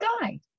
guy